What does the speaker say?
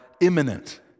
imminent